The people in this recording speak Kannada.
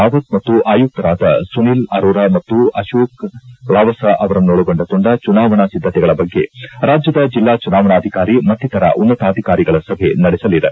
ರಾವತ್ ಮತ್ತು ಆಯುಕ್ತರಾದ ಸುನಿಲ್ ಅರೋರಾ ಮತ್ತು ಅಶೋಕ್ ಲಾವಸಾ ಅವರನ್ನೊಳಗೊಂಡ ತಂಡ ಚುನಾವಣಾ ಸಿದ್ದತೆಗಳ ಬಗ್ಗೆ ರಾಜ್ಯದ ಜಿಲ್ಲಾ ಚುನಾವಣಾಧಿಕಾರಿ ಮತ್ತಿತರ ಉನ್ನತಾಧಿಕಾರಿಗಳ ಸಭೆ ನಡೆಸಲಿದೆ